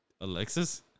Alexis